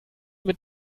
mit